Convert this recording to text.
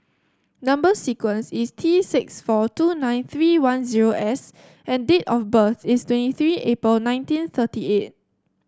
number sequence is T six four two nine three one zero S and date of birth is twenty three April nineteen thirty eight